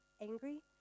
angry